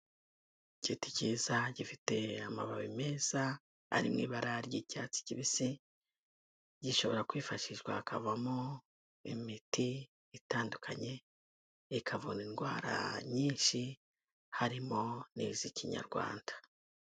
Igiti cyiza gifite amababi meza ari mu ibara ry'icyatsi kibisi, gishobora kwifashishwa hakavamo imiti itandukanye ikavura indwara nyinshi, harimo n'iz'ikinyarwanda.